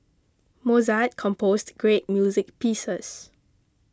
Mozart composed great music pieces